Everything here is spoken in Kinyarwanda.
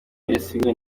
yasinywe